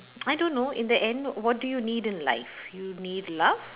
I don't know in the end what do you need in life you need love